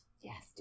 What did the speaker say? Yes